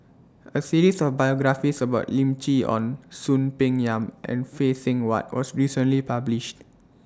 A series of biographies about Lim Chee Onn Soon Peng Yam and Phay Seng Whatt was recently published